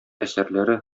әсәрләре